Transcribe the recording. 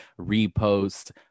repost